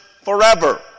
forever